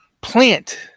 plant